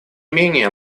менее